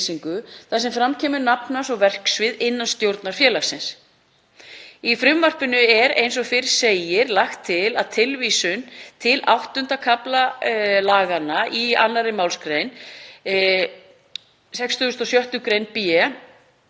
þar sem fram kemur nafn hans og verksvið innan stjórnar félagsins. Í frumvarpinu er, eins og fyrr segir, lagt til að tilvísun til VIII. kafla laganna í 2. málslið 66. gr. b